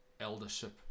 eldership